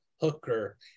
Hooker